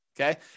Okay